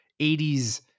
80s